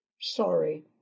Sorry